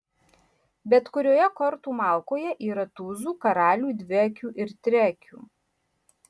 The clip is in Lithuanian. bet kurioje kortų malkoje yra tūzų karalių dviakių ir triakių